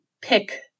pick